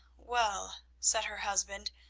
well, said her husband,